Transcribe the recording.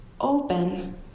open